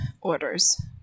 orders